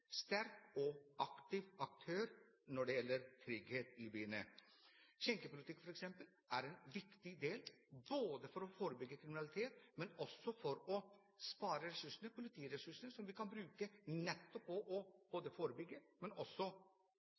sterk og aktiv aktør når det gjelder trygghet i byene. Skjenkepolitikk er f.eks. en viktig del, både for å forebygge kriminalitet, og også for å spare politiressurser som vi kan bruke nettopp til å forebygge, men også